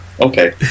okay